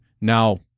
Now